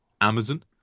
Amazon